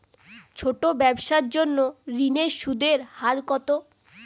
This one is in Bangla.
ছোট ব্যবসার জন্য ঋণের সুদের হার কত?